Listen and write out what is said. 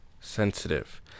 sensitive